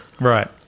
Right